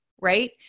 right